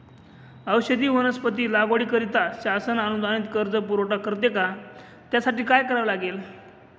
औषधी वनस्पती लागवडीकरिता शासन अनुदानित कर्ज पुरवठा करते का? त्यासाठी काय करावे लागेल?